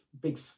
big